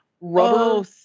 rubber